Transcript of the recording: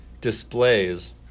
displays